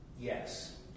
Yes